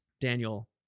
Daniel